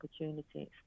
opportunities